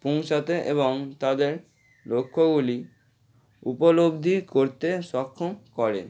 পৌঁছাতে এবং তাদের লক্ষ্যগুলি উপলব্ধি করতে সক্ষম করে